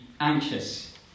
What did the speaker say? anxious